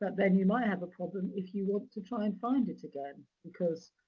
but then you might have a problem if you want to try and find it again, because